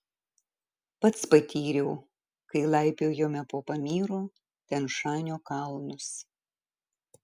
pats patyriau kai laipiojome po pamyro tian šanio kalnus